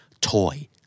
Toy